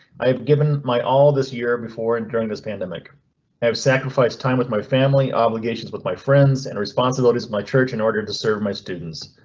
i have given my all this year before and during his pandemic have sacrificed time with my family obligations with my friends and responsibilities of my church in order to serve my students.